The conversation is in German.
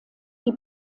die